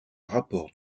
rapport